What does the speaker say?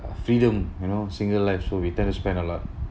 freedom you know single life so we tend to spend a lot